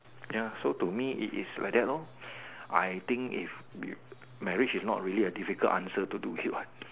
ya so to me is is like that lor I think if marriage is not a difficult answer to talk to it what